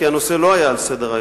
כי הנושא לא היה על סדר-היום.